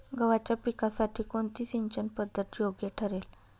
गव्हाच्या पिकासाठी कोणती सिंचन पद्धत योग्य ठरेल?